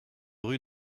rue